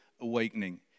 awakening